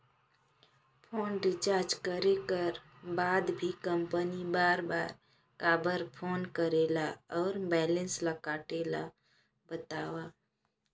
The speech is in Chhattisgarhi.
फोन रिचार्ज करे कर बाद भी कंपनी बार बार काबर फोन करेला और बैलेंस ल काटेल बतावव?